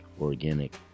Organic